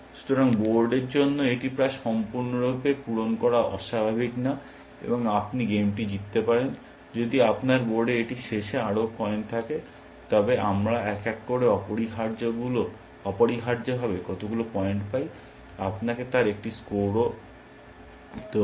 সুতরাং বোর্ডের জন্য এটি প্রায় সম্পূর্ণরূপে পূরণ করা অস্বাভাবিক নয় এবং আপনি গেমটি জিততে পারেন যদি আপনার বোর্ডে এটির শেষে আরও কয়েন থাকে তবে আমরা এক এক করে অপরিহার্যভাবে কতগুলি পয়েন্ট পাই আপনাকে তার একটি স্কোরও দেব